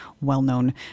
well-known